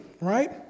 right